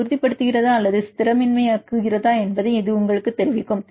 இது உறுதிப்படுத்துகிறதா அல்லது ஸ்திரமின்மையாக்குவதா என்பதை இது உங்களுக்குத் தெரிவிக்கும்